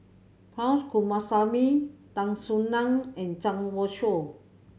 Punch Coomaraswamy Tan Soo Nan and Zhang Youshuo